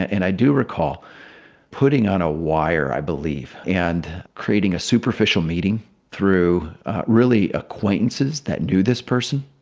and i do recall putting on a wire, i believe, and creating a superficial meeting through really acquaintances that knew this person,